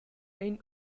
ein